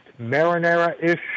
marinara-ish